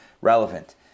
relevant